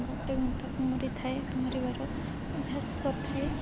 ଗୋଟେ ଘଣ୍ଟା ପହଁରିଥାଏ ପହଁରିବାର ଅଭ୍ୟାସ କରିଥାଏ